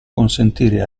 consentire